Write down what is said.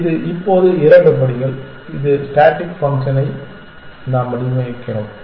இது இப்போது இரண்டு படிகள் இது ஸ்டேடிக் ஃபங்க்ஷனை நாம் வடிவமைக்கிறோம்